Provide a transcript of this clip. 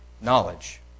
knowledge